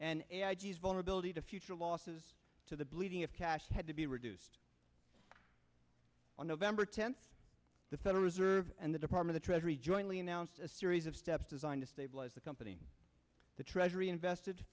g's vulnerability to future losses to the bleeding of cash had to be reduced on november tenth the federal reserve and the department of treasury jointly announced a series of steps designed to stabilize the company the treasury invested